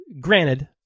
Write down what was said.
Granted